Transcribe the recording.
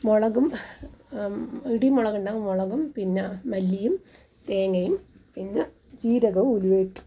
മുളകും പിടിമുളകുണ്ടാകും മുളകും പിന്നെ മല്ലിയും തേങ്ങയും പിന്നെ ജീരകവും ഉലുവയും